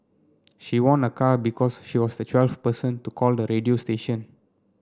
she won a car because she was the twelfth person to call the radio station